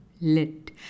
Lit